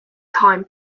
time